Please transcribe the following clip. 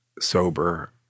sober